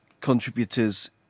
contributors